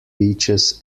beaches